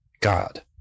God